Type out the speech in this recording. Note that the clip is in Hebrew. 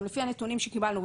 גם לפי הנתונים שקיבלנו.